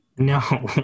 No